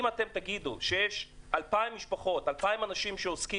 אם אתם תגידו שיש 2,000 אנשים שעוסקים